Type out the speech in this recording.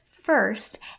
first